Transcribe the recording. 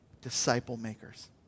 disciple-makers